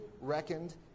reckoned